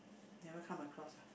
never come across ah